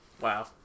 Wow